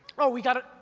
oh, we got a,